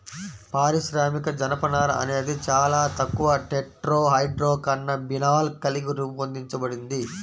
పారిశ్రామిక జనపనార అనేది చాలా తక్కువ టెట్రాహైడ్రోకాన్నబినాల్ కలిగి రూపొందించబడింది